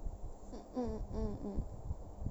mm mm mm mm